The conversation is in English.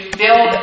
build